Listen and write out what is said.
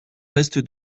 reste